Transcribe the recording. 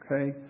Okay